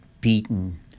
beaten